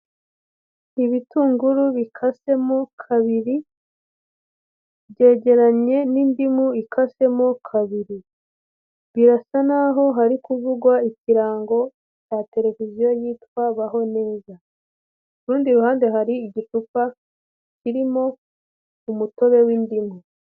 Ibitunguru bikasemo kabiri byegeranye n'indimu ikasemo kabiri, birasa n'aho hari kuvugwa ikirango cya televiziyo yitwa baho neza, ku rundi ruhande hari igicupa kirimo umutobe w'indimu.